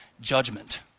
judgment